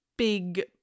big